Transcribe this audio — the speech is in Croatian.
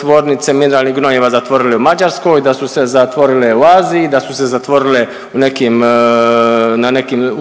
tvornice mineralnih gnojiva zatvorile u Mađarskoj, da su se zatvorile u Aziji, da su se zatvorile u